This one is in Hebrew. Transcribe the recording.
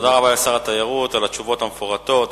תודה רבה לשר התיירות על התשובות המפורטות,